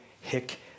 hick